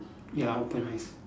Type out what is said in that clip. ya open eyes